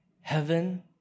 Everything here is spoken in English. Heaven